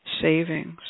savings